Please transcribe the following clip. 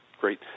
great